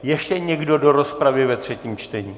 Ještě někdo do rozpravy ve třetím čtení?